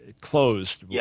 closed